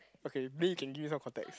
okay then you can give me some contacts